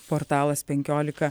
portalas penkiolika